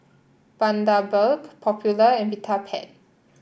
Bundaberg Popular and Vitapet